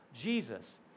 Jesus